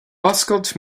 oscailt